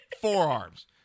forearms